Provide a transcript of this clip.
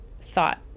thought